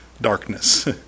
darkness